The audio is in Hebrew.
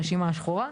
לרשימה השחורה.